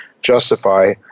justify